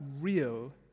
real